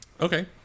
Okay